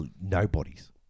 nobodies